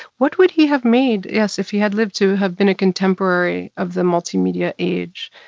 what would he have made, yes, if he had lived to have been a contemporary of the multimedia age?